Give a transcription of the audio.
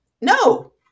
no